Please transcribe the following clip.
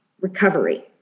recovery